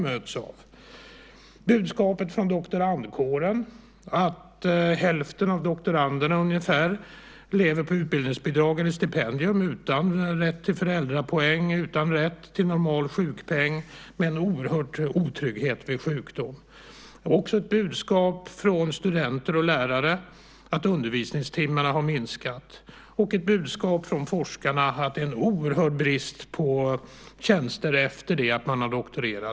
Det är budskapet från doktorandkåren att ungefär hälften av doktoranderna lever på utbildningsbidrag eller stipendium utan rätt till föräldrapeng, utan rätt till normal sjukpeng och med en oerhörd otrygghet vid sjukdom. Det är ett budskap från studenter och lärare att undervisningstimmarna har minskat och ett budskap från forskarna att det är oerhörd brist på tjänster efter det att man har doktorerat.